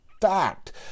fact